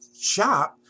shop